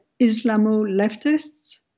Islamo-leftists